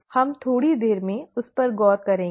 हम करेंगे हम थोड़ी देर में उस पर गौर करेंगे